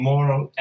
Moral